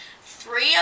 Three